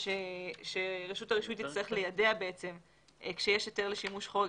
שכאשר יש היתר לשימוש חורג,